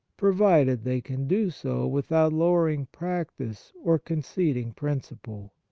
provided they can do so without lowering practice or conceding principle.